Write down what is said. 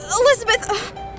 Elizabeth